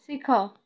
ଶିଖ